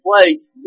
place